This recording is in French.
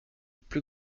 plus